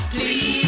Please